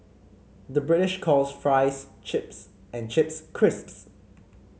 the British calls fries chips and chips crisps